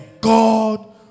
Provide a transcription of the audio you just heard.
God